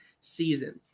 season